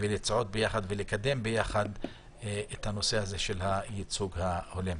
לצעוד ביחד ולקדם ביחד את הנושא הזה של הייצוג ההולם.